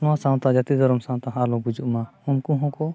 ᱱᱚᱣᱟ ᱥᱟᱶᱛᱟ ᱡᱟᱛᱤ ᱫᱷᱚᱨᱚᱢ ᱥᱟᱶᱛᱟ ᱦᱚᱸ ᱟᱞᱚ ᱜᱩᱡᱩᱜ ᱢᱟ ᱩᱱᱠᱩ ᱦᱚᱸᱠᱚ